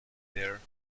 there